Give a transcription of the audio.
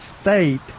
state